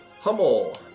Hummel